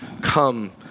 Come